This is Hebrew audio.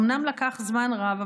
אומנם לקח זמן רב,